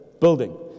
building